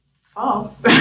false